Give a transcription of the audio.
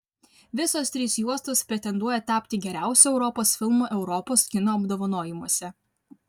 visos trys juostos pretenduoja tapti geriausiu europos filmu europos kino apdovanojimuose